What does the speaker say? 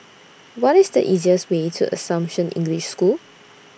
What IS The easiest Way to Assumption English School